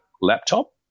laptop